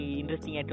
interesting